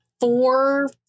four